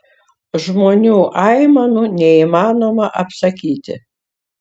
žmonių aimanų neįmanoma apsakyti